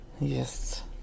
Yes